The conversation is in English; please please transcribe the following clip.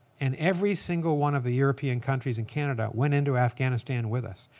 and every single one of the european countries and canada went into afghanistan with us,